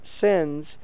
sins